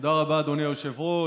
תודה רבה, אדוני היושב-ראש.